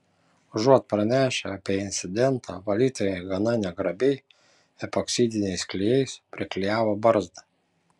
užuot pranešę apie incidentą valytojai gana negrabiai epoksidiniais klijais priklijavo barzdą